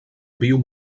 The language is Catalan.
viu